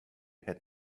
had